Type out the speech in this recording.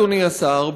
אדוני השר,